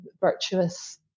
virtuous